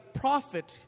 prophet